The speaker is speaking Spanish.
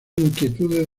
inquietudes